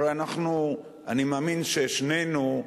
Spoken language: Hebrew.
הרי אני מאמין ששנינו,